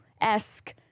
esque